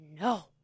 no